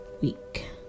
week